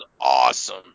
awesome